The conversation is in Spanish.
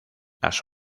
las